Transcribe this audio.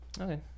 Okay